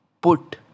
Put